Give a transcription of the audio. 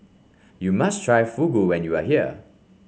you must try Fugu when you are here